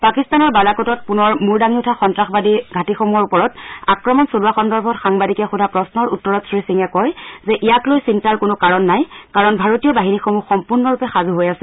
পাকিস্তানৰ বালাকোটত পুনৰ মূৰ দাঙি উঠা সন্ত্ৰাসবাদী ঘাটিসমূহৰ ওপৰত আক্ৰমণ চলোৱা সন্দৰ্ভত সাংবাদিকে সোধা প্ৰশ্নৰ উত্তৰত শ্ৰীসিঙে কয় যে ইয়াক লৈ চিন্তাৰ কোনো কাৰণ নাই কাৰণ ভাৰতীয় বাহিনীসমূহ সম্পূৰ্ণৰূপে সাজু হৈ আছে